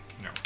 no